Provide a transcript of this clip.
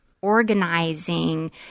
organizing